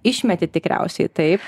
išmeti tikriausiai taip